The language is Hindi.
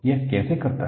यह कैसे करता है